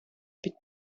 під